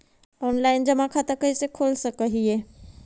Online जमा खाता कैसे खोल सक हिय?